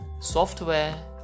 software